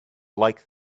like